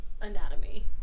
anatomy